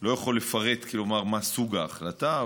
לא יכול לפרט מה סוג ההחלטה,